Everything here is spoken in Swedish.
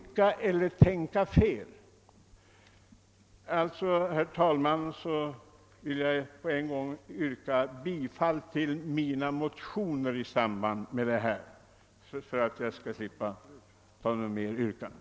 Jag vill samtidigt, herr talman, för att slippa begära ordet ytterligare en gång yrka bifall till mina motioner i detta ärende.